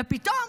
ופתאום,